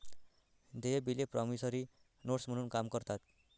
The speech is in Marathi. देय बिले प्रॉमिसरी नोट्स म्हणून काम करतात